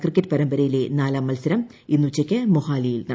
cricket പരമ്പരയിലെ നാലാം മൽസരം ഇന്ന് ഉച്ചക്ക് മൊഹാലിയിൽ നടക്കും